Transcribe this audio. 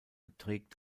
trägt